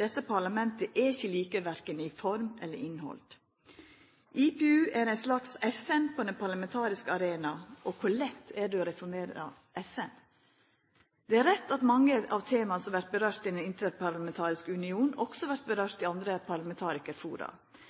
Desse parlamenta er ikkje like korkje i form eller innhald. IPU er eit slags FN på den parlamentariske arenaen. Og kor lett er det å reformera FN? Det er rett at mange av tema som vert nemnde i Den interparlamentariske union, også vert nemnde i